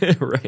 Right